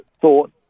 thought